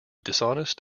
dishonest